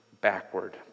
backward